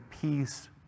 peace